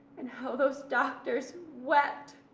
and how those doctors wept